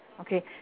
Okay